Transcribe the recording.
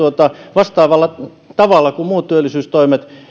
vastaavalla tavalla kuin muut työllisyystoimet